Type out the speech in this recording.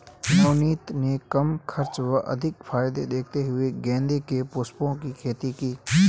नवनीत ने कम खर्च व अधिक फायदे देखते हुए गेंदे के पुष्पों की खेती की